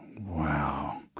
Wow